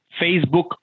facebook